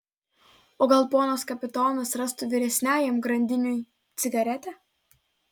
o gal ponas kapitonas rastų vyresniajam grandiniui cigaretę